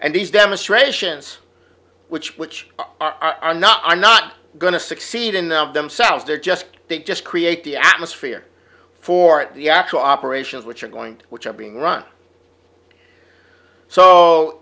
and these demonstrations which which are not i'm not going to succeed in of themselves they're just they just create the atmosphere for it the actual operations which are going to which are being run so